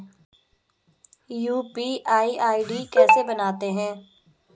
UPI ID कैसे बनाते हैं?